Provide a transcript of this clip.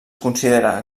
considera